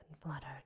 fluttered